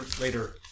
later